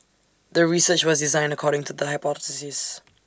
the research was designed according to the hypothesis